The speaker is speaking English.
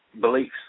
beliefs